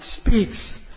speaks